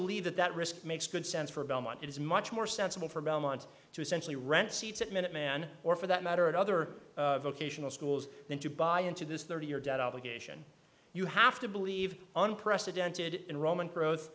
believe that that risk makes good sense for belmont it is much more sensible for belmont to essentially rent seats at minuteman or for that matter at other vocational schools than to buy into this thirty year debt obligation you have to believe unprecedented enrollment gro